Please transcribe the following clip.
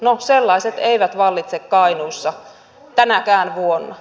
no sellaiset eivät vallitse kainuussa tänäkään vuonna